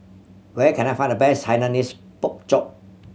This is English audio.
where can I find the best Hainanese Pork Chop